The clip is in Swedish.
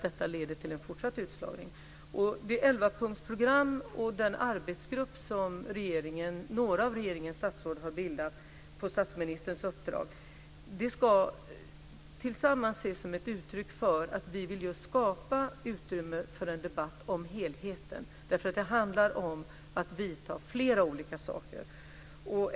Det 11-punktsprogram och den arbetsgrupp som några av regeringens statsråd har bildat på statsministerns uppdrag ska tillsammans ses som ett uttryck för att vi vill skapa utrymme för en debatt om helheten, därför att det handlar om att vidta flera olika åtgärder.